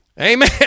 Amen